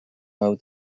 mao